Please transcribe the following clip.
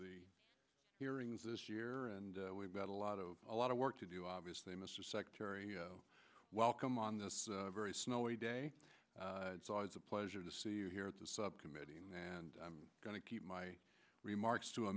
the hearings this year and we've got a lot of a lot of work to do obviously mr secretary welcome on this very snowy day it's always a pleasure to see you here at the subcommittee and i'm going to keep my remarks to a